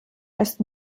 erst